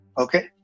Okay